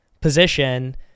position